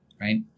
right